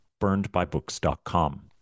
burnedbybooks.com